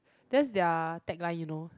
that's their tagline you know